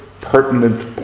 pertinent